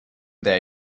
there